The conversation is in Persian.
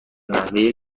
نحوه